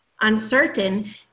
uncertain